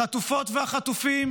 החטופות והחטופים